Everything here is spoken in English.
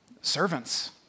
servants